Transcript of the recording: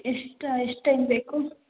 ಇಷ್ಟು ಎಷ್ಟು ಟೈಮ್ ಬೇಕು